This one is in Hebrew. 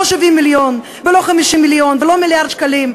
לא 70 מיליון ולא 50 מיליון ולא מיליארד שקלים.